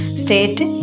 state